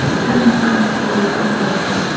എത്ര മണിക്കൂറ് നമുക്ക് ഉപയോഗിക്കാൻ സാധിക്കും